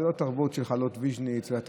זו לא תרבות של חלות ויז'ניץ' ולא